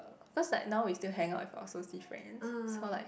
cause like now we still hang out with our soci friends so like